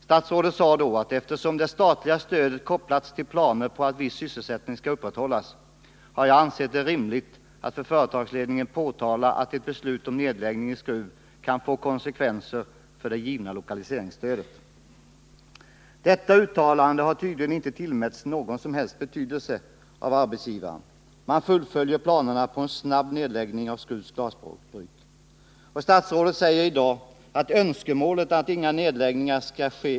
Statsrådet sade då: ”Eftersom det statliga stödet kopplats till planer på att viss sysselsättning skall upprätthållas, har jag ansett det rimligt att för företagsledningen påtala att ett beslut om nedläggning i Skruv kan få konsekvenser för det givna lokaliseringsstödet.” Detta uttalande har tydligen inte tillmätts någon som helst betydelse av arbetsgivaren; man fullföljer planerna på en snabb nedläggning av Skrufs glasbruk. Statsrådet säger i dag att hans önskemål är att inga nedläggningar nu skall ske.